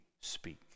speak